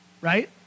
right